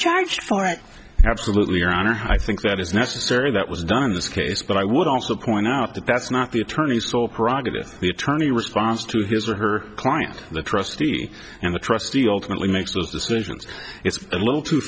charged for it absolutely your honor i think that is necessary that was done in this case but i would also point out that that's not the attorney's sole parotid it the attorney response to his or her client the trustee and the trustee ultimately makes those decisions it's a little too